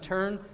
turn